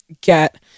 get